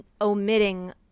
omitting